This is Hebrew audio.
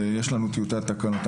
ויש לנו טיוטת תקנות.